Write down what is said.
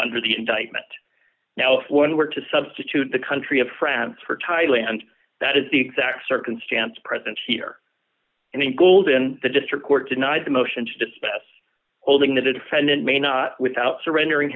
under the indictment now if one were to substitute the country of france for thailand that is the exact circumstance present here and then cools in the district court denied the motion to dismiss holding the defendant may not without surrendering